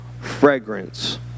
fragrance